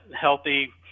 healthy